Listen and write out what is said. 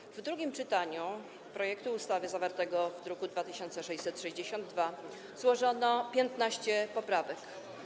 W trakcie drugiego czytania projektu ustawy zawartego w druku nr 2662 złożono 15 poprawek.